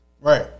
Right